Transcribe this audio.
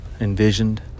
envisioned